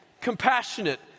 Compassionate